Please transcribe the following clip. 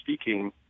speaking